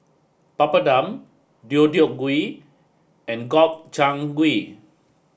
Papadum Deodeok gui and Gobchang gui